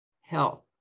health